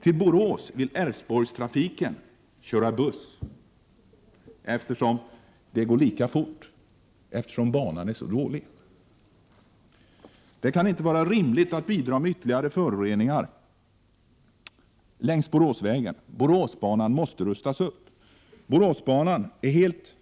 Till Borås vill Älvsborgstrafiken köra buss då detta går lika fort eftersom banan är så dålig. Det kan inte vara rimligt att bidra med ytterligare föroreningar längs Boråsvägen. Boråsbanan måste rustas upp. Boråsbanan är helt